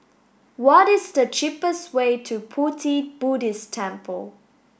what is the cheapest way to Pu Ti Buddhist Temple